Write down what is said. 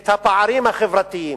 את הפערים החברתיים,